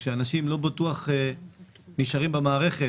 שאנשים לא בטוח נשארים במערכת,